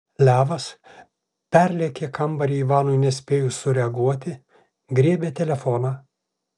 levas perlėkė kambarį ivanui nespėjus sureaguoti griebė telefoną